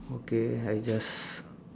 okay I just